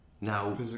Now